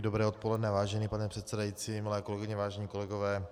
Dobré odpoledne vážený pane předsedající, milé kolegyně, vážení kolegové.